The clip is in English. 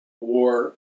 war